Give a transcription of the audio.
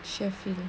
syafiqah